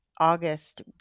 August